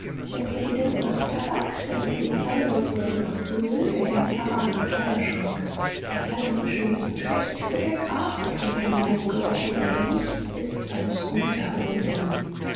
der präsident nach tabak der polizeileutnant nach öl der herr pfarrer nach kleiderschrank fast alle menschen riechen schlecht nur der graf hat wie ein leib gerochen an dem nichts ist als guter odem